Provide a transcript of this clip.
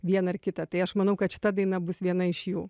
vieną ar kitą tai aš manau kad šita daina bus viena iš jų